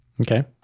Okay